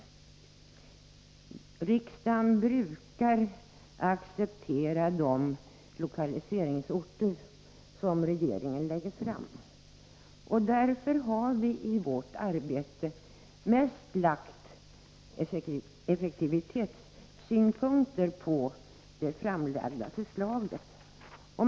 Riksdagen brukar acceptera de lokaliseringsorter som regeringen föreslår. Därför har vi i vårt arbete i utskottet mest lagt effektivitetssynpunkter på det framlagda förslaget.